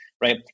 Right